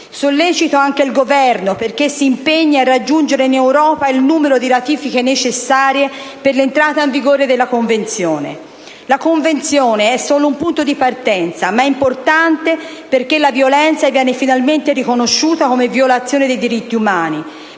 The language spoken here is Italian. Sollecito anche il Governo perché si impegni a raggiungere in Europa il numero di ratifiche necessarie per l'entrata in vigore della Convenzione. La Convenzione è solo un punto di partenza, ma importante, perché la violenza viene finalmente riconosciuta come violazione dei diritti umani